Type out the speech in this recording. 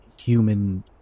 human